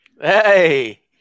hey